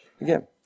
Again